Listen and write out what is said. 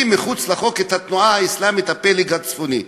מחוץ לחוק את התנועה האסלאמית הפלג הצפוני.